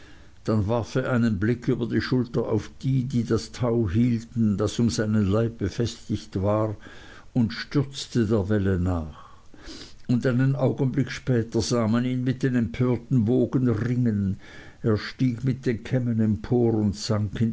dann warf er einen blick über die schulter auf die die das tau hielten das um seinen leib befestigt war und stürzte der welle nach und einen augenblick später sah man ihn mit den empörten wogen ringen er stieg mit den kämmen empor